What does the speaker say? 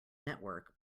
network